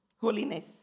Holiness